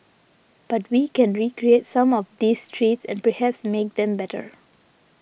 but we can recreate some of these treats and perhaps make them better